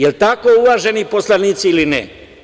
Da li je tako, uvaženi poslanici, ili ne?